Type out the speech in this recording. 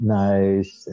nice